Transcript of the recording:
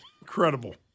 Incredible